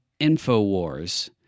Infowars